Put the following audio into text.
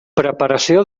preparació